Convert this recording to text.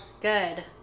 good